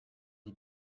die